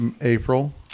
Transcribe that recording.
April